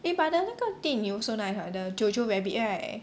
eh but 那个电影 also nice what the Jojo Rabbit right